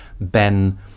Ben